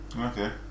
Okay